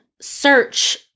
search